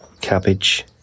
cabbage